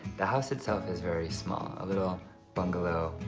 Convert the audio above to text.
the house itself is very small. a little bungalow,